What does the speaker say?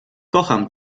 kocham